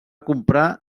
comprar